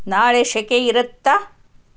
ನಾಳೆ ಸೆಖೆಯಿರತ್ತಾ